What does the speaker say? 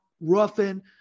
Ruffin